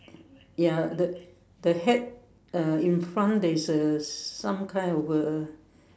ya the the hat uh in front there's a some kind of a